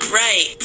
right